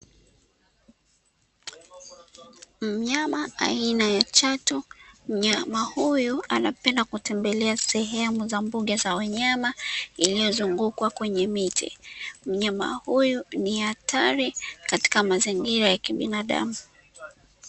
Mnyama aina ya chatu mnyama huyu anapenda, kutembelea sehemu za mbuga za wanyama, iliyozungukwa kwenye miti mnyama huyu ni hatari katika mazingira ya kibinadamu.